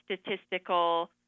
statistical